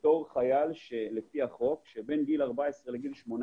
לפי החוק בתור חייל שבין גיל 14 לגיל 18